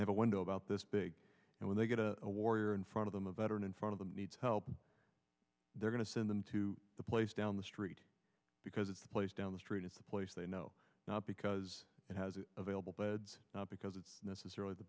they have a window about this big and when they get a warrior in front of them a veteran in front of them needs help they're going to send them to the place down the street because it's a place down the street it's a place they know not because it has available beds not because it's necessarily the